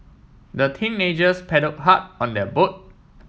the teenagers paddle hard on their boat